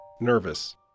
Nervous